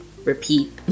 repeat